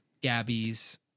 Gabby's